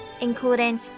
including